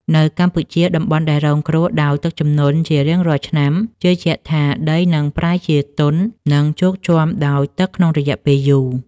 នៅកម្ពុជា តំបន់ដែលរងគ្រោះដោយទឹកជំនន់ជារៀងរាល់ឆ្នាំ ជឿជាក់ថាដីនឹងប្រែជាទន់ និងជោកជាំដោយទឹកក្នុងរយៈពេលយូរ។